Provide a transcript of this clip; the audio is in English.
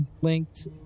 linked